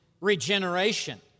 regeneration